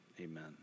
amen